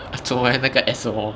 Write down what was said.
做么 leh 那个 ads 什么